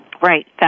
Right